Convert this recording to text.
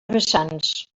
vessants